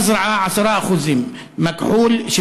מזרעה, 10%; מכחול,